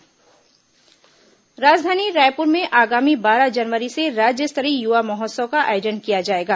युवा महोत्सव राजधानी रायपुर में आगामी बारह जनवरी से राज्य स्तरीय युवा महोत्सव का आयोजन किया जाएगा